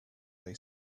they